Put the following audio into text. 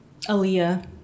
Aaliyah